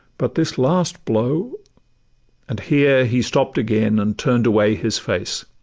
but this last blow-' and here he stopp'd again, and turn'd away his face.